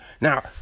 Now